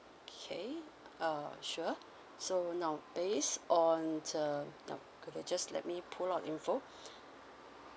okay uh sure so now based on uh now could you just let me pull out info